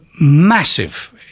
massive